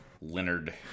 Leonard